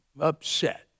upset